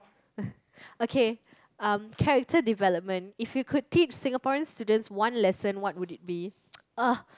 okay um character development if you could teach Singaporean students one lesson what would it be